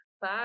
Bye